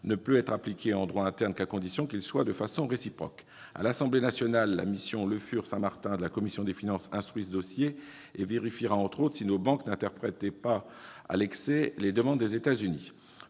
ne peut être appliqué en droit interne qu'à condition qu'il le soit de façon réciproque. » À l'Assemblée nationale, la mission Le Fur-Saint-Martin de la commission des finances instruit ce dossier et vérifiera, en particulier, si nos banques n'interpréteraient pas à l'excès les demandes des États-Unis.